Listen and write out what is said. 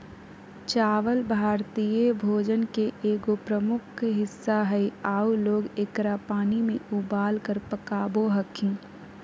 चावल भारतीय भोजन के एगो प्रमुख हिस्सा हइ आऊ लोग एकरा पानी में उबालकर पकाबो हखिन